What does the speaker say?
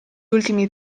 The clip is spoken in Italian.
ultimi